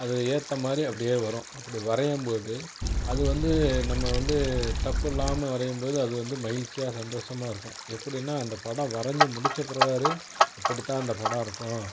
அது ஏற்ற மாதிரி அப்படியே வரும் அப்படி வரையும் போது அது வந்து நம்ம வந்து தப்பு இல்லாமல் வரையும் போது அது வந்து மகிழ்ச்சியாக சந்தோசமாருக்கும் எப்படின்னா அந்த படம் வரைஞ்சி முடிச்சப் பிறவாது இப்படித் தான் இந்த படம் இருக்கும்